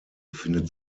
findet